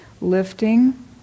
lifting